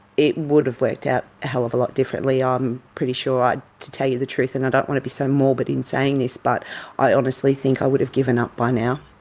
it would have worked out a hell of a lot differently, i'm pretty sure. ah to tell you the truth, and i don't want to be so morbid in saying this, but i honestly think i would have given up by now.